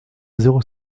zéro